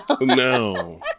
no